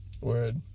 Word